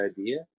idea